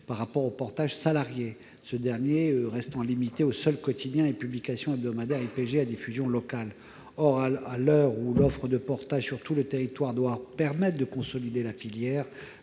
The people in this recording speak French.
par rapport au portage salarié, ce dernier restant limité aux seuls quotidiens et publications hebdomadaires IPG à diffusion locale. Or à l'heure où l'offre de portage sur tout le territoire doit permettre de consolider la filière